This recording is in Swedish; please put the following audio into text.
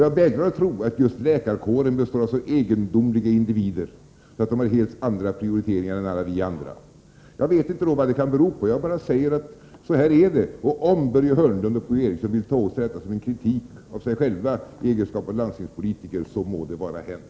Jag vägrar att tro att just läkarkåren består av så egendomliga individer att de har helt andra prioriteringar än alla de andra. Jag vet inte vad det då kan bero på. Jag bara säger att så här är det, och om Börje Hörnlund och P-O Eriksson vill ta åt sig detta som en kritik av sig själva i egenskap av landstingspolitiker må det vara hänt.